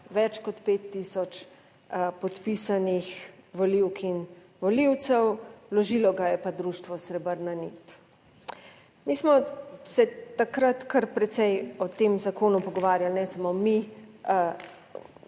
več kot 5 tisoč podpisanih volivk in volivcev, vložilo ga je pa društvo Srebrna nit. Mi smo se takrat kar precej o tem zakonu pogovarjali, ne samo mi,